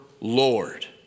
Lord